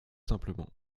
simplement